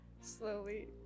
Slowly